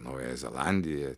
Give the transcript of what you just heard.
naująją zelandiją